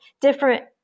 different